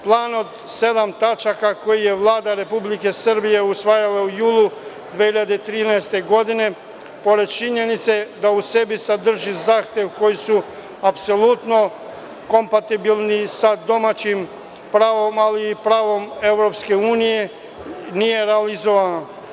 Planom sedam tačaka, koji je Vlada Republike Srbije usvajala u julu 2013. godine, pored činjenice da u sebi sadrži zahteve koji su apsolutno kompatibilni sa domaćim pravom, ali i pravom EU, nije realizovan.